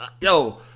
Yo